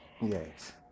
Yes